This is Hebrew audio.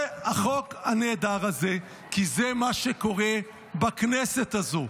זה החוק הנהדר הזה, כי זה מה שקורה בכנסת הזו.